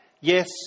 yes